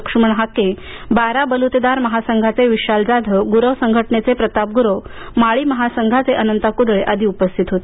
लक्ष्मण हाके बारा बल्तेदार महासंघाचे विशाल जाधव ग्रव संघटनेचे प्रताप ग्रव माळी महासंघाचे अनंता क्दळे आदी उपस्थित होते